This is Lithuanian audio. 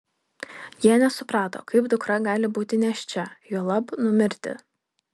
jie nesuprato kaip dukra gali būti nėščia juolab numirti